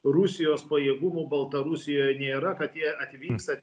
rusijos pajėgumų baltarusijoj nėra kad jie atvyksta